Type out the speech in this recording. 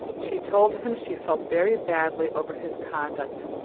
she told him she felt very badly over his conduct.